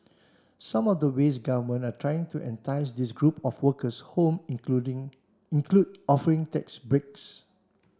some of the ways governments are trying to entice this group of workers home including include offering tax breaks